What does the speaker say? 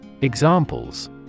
Examples